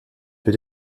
peut